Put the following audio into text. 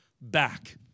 back